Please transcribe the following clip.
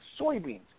soybeans